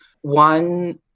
one